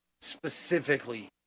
specifically